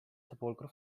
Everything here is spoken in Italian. sepolcro